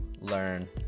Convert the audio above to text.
learn